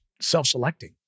self-selecting